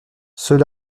ceux